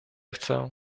chcę